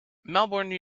melbourne